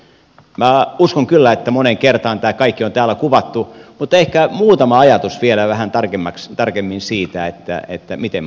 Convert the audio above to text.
minä uskon kyllä että moneen kertaan tämä kaikki on täällä kuvattu mutta ehkä muutama ajatus vielä tarkemmin siitä miten me ajattelemme